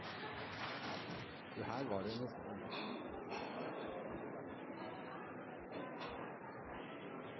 de var før. Det